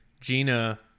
Gina